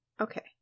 Okay